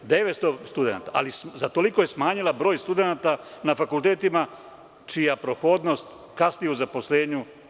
Ali, za toliko je smanjila broj studenata na fakultetima čija prohodnost kasni u zaposlenju.